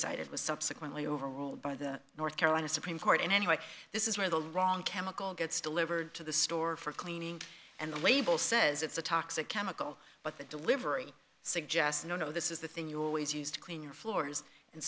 cited was subsequently overruled by the north carolina supreme court and anyway this is where the wrong chemical gets delivered to the store for cleaning and the label says it's a toxic chemical but the delivery suggests no no this is the thing you always use to clean your floors and